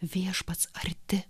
viešpats arti